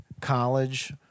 college